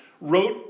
wrote